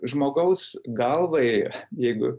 žmogaus galvai jeigu